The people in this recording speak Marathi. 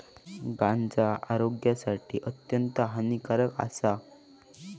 गांजा आरोग्यासाठी अत्यंत हानिकारक आसा